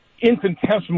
infinitesimal